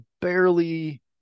barely